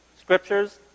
scriptures